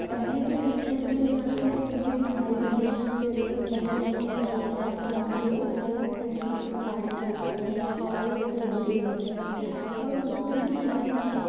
पहले दिन रक्षाबंधन मनाते हैं जिस दिन भाई बहन एक दूसरे मतलब बहन अपने भाई को राखी बाँधती है और भाई अपनी बहन के लिए साड़ी खरीदता है हमारे यहाँ तो यही रिवाज़ है और दूसरे दिन हमारे यहाँ